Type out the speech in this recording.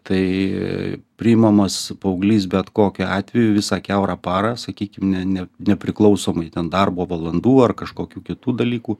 tai priimamas paauglys bet kokiu atveju visą kiaurą parą sakykim ne ne nepriklausomai ten darbo valandų ar kažkokių kitų dalykų